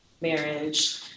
marriage